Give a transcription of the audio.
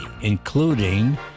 including